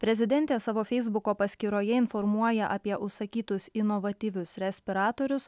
prezidentė savo feisbuko paskyroje informuoja apie užsakytus inovatyvius respiratorius